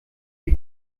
die